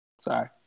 Sorry